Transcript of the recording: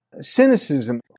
cynicism